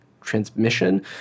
transmission